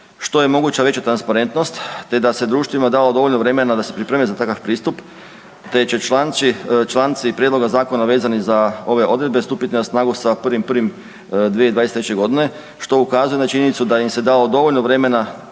što je moguća veća transparentnost te da se društvima dalo dovoljno vremena da se pripreme za takav pristup te će članci prijedloga zakona vezani za ove odredbe stupiti na snagu sa 1.1.2023. g. što ukazuje na činjenicu da im se dalo dovoljno vremena